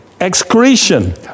excretion